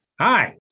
Hi